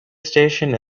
station